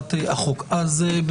בהצעת החוק הזו.